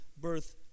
birth